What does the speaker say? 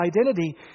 identity